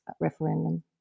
referendum